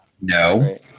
No